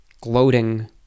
gloating